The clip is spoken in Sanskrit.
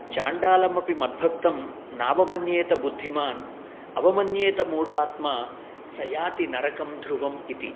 चाण्डालमपि मद्भक्तं नावमन्येत बुद्धिमान् अवमन्येत मूढात्मा स याति नरकं ध्रुवम् इति